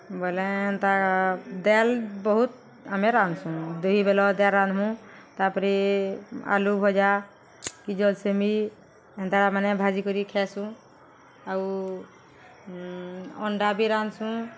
ବଏଲେ ହେନ୍ତା ଦାଏଲ୍ ବହୁତ୍ ଆମେ ରାନ୍ଧ୍ସୁଁ ଦୁହି ବେଲ ଦାଏଲ୍ ରାନ୍ଧ୍ମୁ ତା'ପରେ ଆଲୁ ଭଜା କି ଜଲ୍ସେମି ଏନ୍ତାଟା ମାନେ ଭାଜି କରି ଖାଏସୁଁ ଆଉ ଅଣ୍ଡା ବି ରାନ୍ଧ୍ସୁଁ